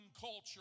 culture